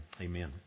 Amen